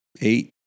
eight